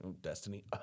destiny